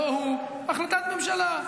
לא הוא החלטת ממשלה.